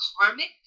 karmic